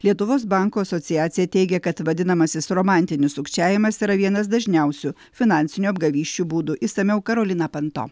lietuvos bankų asociacija teigia kad vadinamasis romantinis sukčiavimas yra vienas dažniausių finansinių apgavysčių būdų išsamiau karolina panto